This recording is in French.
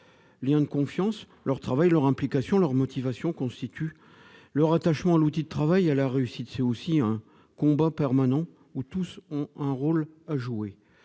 lien de confiance, leur travail, leur implication, leurs motivations constituent le rattachement à l'outil de travail et à la réussite. C'est un combat permanent, où tous ont un rôle à jouer.